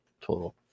total